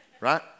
right